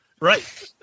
Right